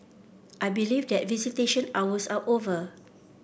I believe that visitation hours are over